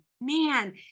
man